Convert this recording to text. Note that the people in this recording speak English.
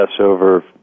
over